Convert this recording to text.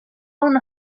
una